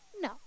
No